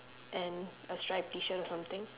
and a striped T-shirt or something